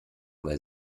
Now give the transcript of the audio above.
weil